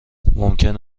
ممکن